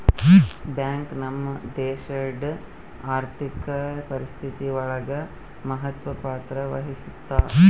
bank ನಮ್ ದೇಶಡ್ ಆರ್ಥಿಕ ಪರಿಸ್ಥಿತಿ ಒಳಗ ಮಹತ್ವ ಪತ್ರ ವಹಿಸುತ್ತಾ